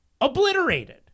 obliterated